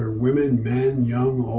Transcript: ah women, men, young.